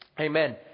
Amen